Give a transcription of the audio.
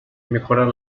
mejorar